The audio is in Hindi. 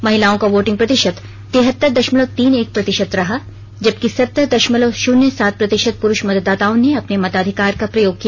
महिलाओं का वोटिंग प्रतिशत तिहत्तर दशमलव तीन एक प्रतिशत रहा जबकि सत्तर दशमलव शून्य सात प्रतिशत पुरूष मतदाताओं ने अपने मताधिकार का प्रयोग किया